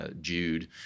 Jude